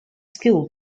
skill